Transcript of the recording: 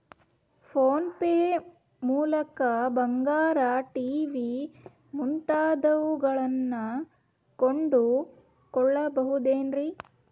Phone pay ಮೂಲಕ ಬಂಗಾರ, TV ಮುಂತಾದವುಗಳನ್ನ ಕೊಂಡು ಕೊಳ್ಳಬಹುದೇನ್ರಿ?